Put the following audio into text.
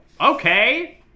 okay